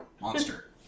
monster